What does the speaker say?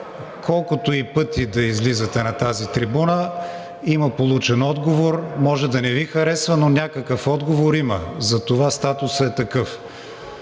колкото и пъти да излизате на тази трибуна, има получен отговор, може да не Ви харесва, но някакъв отговор има, затова статусът е такъв,